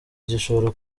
igishobora